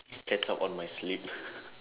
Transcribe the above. catch up on my sleep